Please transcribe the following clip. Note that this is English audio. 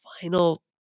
final